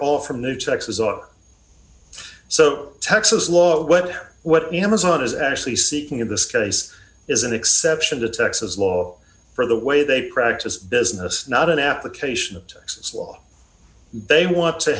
all from new taxes on so texas law what what amazon is actually seeking in this case is an exception to texas law for the way they practice business not an application of texas law they want to